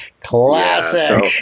Classic